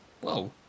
Whoa